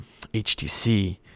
HTC